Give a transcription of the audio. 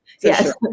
Yes